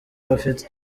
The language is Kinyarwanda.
bafite